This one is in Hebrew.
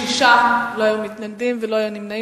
בעד הצביעו שישה, לא היו מתנגדים ולא היו נמנעים.